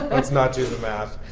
let's not do the math.